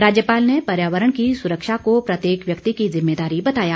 राज्यपाल ने पर्यावरण की सुरक्षा को प्रत्येक व्यक्ति की जिम्मेदारी बताया